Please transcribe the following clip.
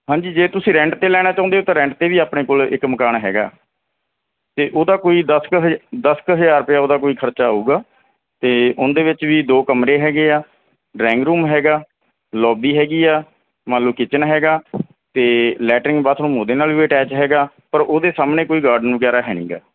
ਹਾਂਜੀ ਜੇ ਤੁਸੀਂ ਰੈਂਟ 'ਤੇ ਲੈਣਾ ਚਾਹੁੰਦੇ ਹੋ ਤਾਂ ਰੈਂਟ 'ਤੇ ਵੀ ਆਪਣੇ ਕੋਲ ਇੱਕ ਮਕਾਨ ਹੈਗਾ ਅਤੇ ਉਹਦਾ ਕੋਈ ਦਸ ਕੁ ਹਜ਼ਾ ਦਸ ਕੁ ਹਜ਼ਾਰ ਰੁਪਇਆ ਉਹਦਾ ਕੋਈ ਖਰਚਾ ਹੋਊਗਾ ਅਤੇ ਉਹਦੇ ਵਿੱਚ ਵੀ ਦੋ ਕਮਰੇ ਹੈਗੇ ਆ ਡਰਾਇੰਗ ਰੂਮ ਹੈਗਾ ਲੋਬੀ ਹੈਗੀ ਆ ਮਤਲਬ ਕਿਚਨ ਹੈਗਾ ਅਤੇ ਲੈਟਰਿੰਗ ਬਾਥਰੂਮ ਉਹਦੇ ਨਾਲ ਵੀ ਅਟੈਚ ਹੈਗਾ ਪਰ ਉਹਦੇ ਸਾਹਮਣੇ ਕੋਈ ਗਾਰਡਨ ਵਗੈਰਾ ਹੈ ਨਹੀਂ ਗਾ